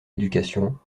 éducation